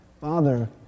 Father